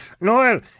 Noel